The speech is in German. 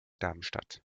darmstadt